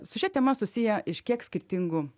su šia tema susiję iš kiek skirtingų